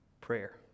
prayer